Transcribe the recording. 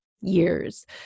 years